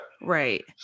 right